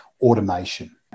automation